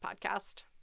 podcast